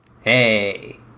Hey